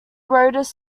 rhodes